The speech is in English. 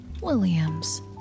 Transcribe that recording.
Williams